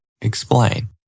Explain